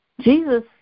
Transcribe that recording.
jesus